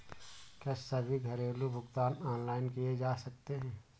क्या सभी घरेलू भुगतान ऑनलाइन किए जा सकते हैं?